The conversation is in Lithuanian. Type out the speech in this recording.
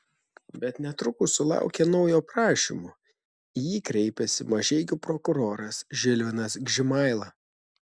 bet netrukus sulaukė naujo prašymo į jį kreipėsi mažeikių prokuroras žilvinas gžimaila